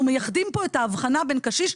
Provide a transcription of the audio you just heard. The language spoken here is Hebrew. אנחנו מייחדים פה את האבחנה בין קשיש,